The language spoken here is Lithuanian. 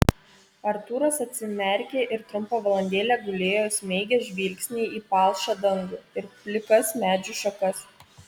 artūras atsimerkė ir trumpą valandėlę gulėjo įsmeigęs žvilgsnį į palšą dangų ir plikas medžių šakas